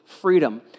freedom